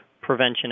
prevention